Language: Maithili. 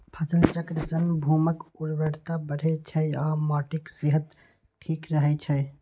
फसल चक्र सं भूमिक उर्वरता बढ़ै छै आ माटिक सेहत ठीक रहै छै